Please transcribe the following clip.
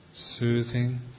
Soothing